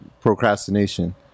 procrastination